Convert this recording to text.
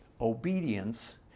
obedience